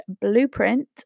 blueprint